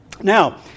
Now